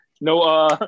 no